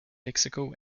lexical